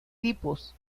tipos